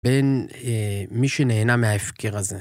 בין מי שנהנה מההפקר הזה.